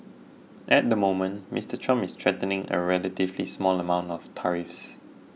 at the moment Mister Trump is threatening a relatively small amounts of tariffs